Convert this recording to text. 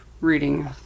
reading